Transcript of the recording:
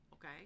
Okay